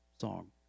song